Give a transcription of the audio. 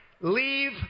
leave